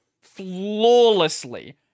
flawlessly